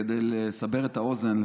כדי לסבר את האוזן,